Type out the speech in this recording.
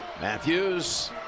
Matthews